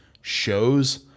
shows